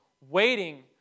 waiting